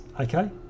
Okay